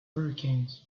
hurricanes